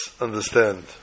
understand